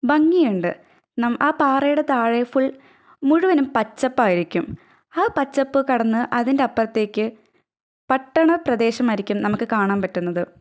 ഭംഗിയുണ്ട് നം ആ പാറയുടെ താഴെ ഫുള് മുഴുവനും പച്ചപ്പായിരിക്കും ആ പച്ചപ്പ് കടന്ന് അതിന്റപ്പുറത്തേക്ക് പട്ടണ പ്രദേശമായിരിക്കും നമുക്ക് കാണാൻ പറ്റുന്നത്